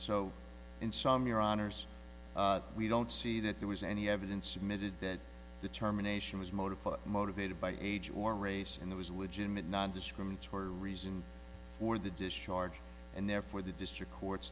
so in some your honour's we don't see that there was any evidence submitted that determination was motive for motivated by age or race and there was a legitimate nondiscriminatory reason for the discharge and therefore the district court's